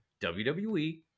WWE